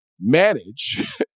manage